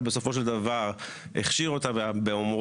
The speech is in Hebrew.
אבל בסופו של דבר הכשיר אותה באומרו